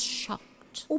shocked